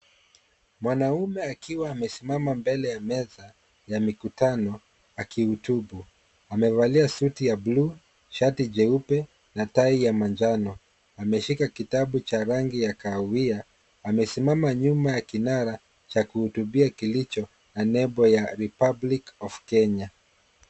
Mwanamume akiwa amesimama mbele ya meza ya mikutano akihutubu. Amevalia suti ya buluu, shati jeupe na tai ya manjano. Ameshika kitabu cha rangi ya kahawia. Amesimama nyuma ya kinara cha kuhutubia kilicho na nembo ya Republic of Kenya.